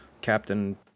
captain